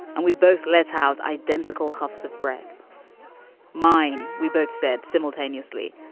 and we both let out identical hoff's of breath mine. we both said simultaneously,